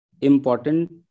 important